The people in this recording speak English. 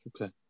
Okay